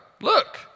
look